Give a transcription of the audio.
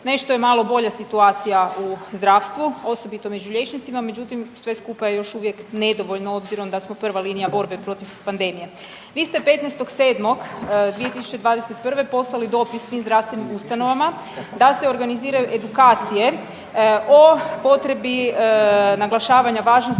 nešto je malo bolja situacija u zdravstvu, osobito među liječnicima, međutim sve skupa je još uvijek nedovoljno obzirom da smo prva linija borbe protiv pandemije. Vi ste 15.7.2021. poslali dopis svim zdravstvenim ustanovama da se organiziraju edukacije o potrebi naglašavanja važnosti